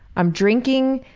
i'm drinking,